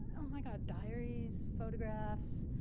oh my god, diaries, photographs,